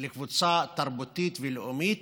לקבוצה תרבותית ולאומית.